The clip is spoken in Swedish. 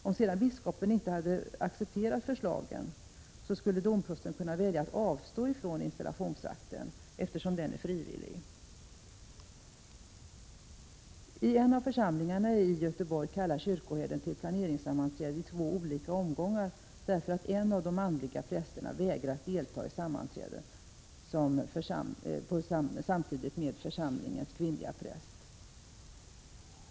Om sedan biskopen inte hade accepterat förslagen, skulle domprosten ha kunnat välja att avstå från installationsakten, eftersom den är frivillig. I en av församlingarna i Göteborg kallar kyrkoherden till planeringssammanträden i två olika omgångar, därför att en av de manliga prästerna vägrar att komma till sammanträde där församlingens kvinnliga präst deltar.